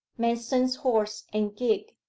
manston's horse and gig,